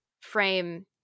frame